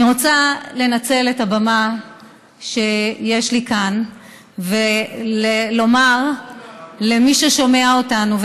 אני רוצה לנצל את הבמה שיש לי כאן ולומר למי ששומע אותנו,